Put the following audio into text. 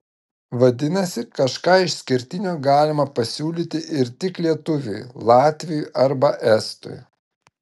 vadinasi kažką išskirtinio galima pasiūlyti ir tik lietuviui latviui arba estui